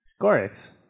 Gorix